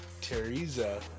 Teresa